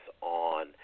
on